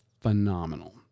phenomenal